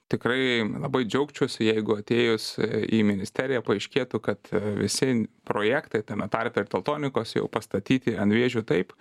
tikrai labai džiaugčiausi jeigu atėjus į ministeriją paaiškėtų kad visi projektai tame tarpe ir teltonikos jau pastatyti ant vėžių taip